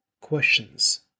questions